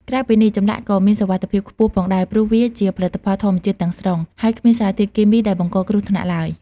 ក្រៅពីនេះ ចម្លាក់ក៏មានសុវត្ថិភាពខ្ពស់ផងដែរ ព្រោះវាជាផលិតផលធម្មជាតិទាំងស្រុង ហើយគ្មានសារធាតុគីមីដែលបង្កគ្រោះថ្នាក់ឡើយ។